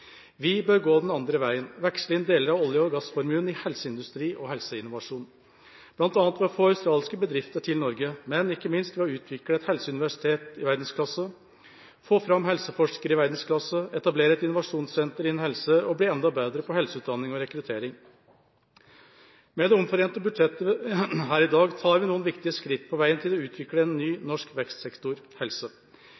Vi bør gå den andre veien og veksle inn deler av olje- og gassformuen i helseindustri og helseinnovasjon, bl.a. ved å få australske bedrifter til Norge, men ikke minst ved å utvikle et helseuniversitet i verdensklasse, få fram helseforskere i verdensklasse, etablere et innovasjonssenter innen helse og bli enda bedre på helseutdanning og rekruttering. Med det omforente budsjettet her i dag tar vi noen viktige skritt på veien til å utvikle en ny